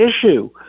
issue